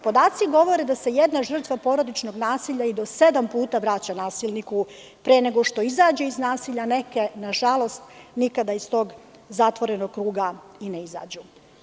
Podaci govore da se jedna žrtva porodičnog nasilja i do sedam puta vraća nasilniku pre nego što izađe iz nasilja, a neke nikada iz tog zatvorenog kruga ne izađe.